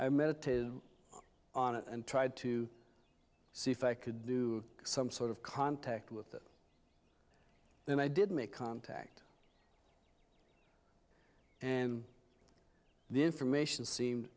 meditated on it and tried to see if i could do some sort of contact with it then i did make contact and the information seemed